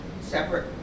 separate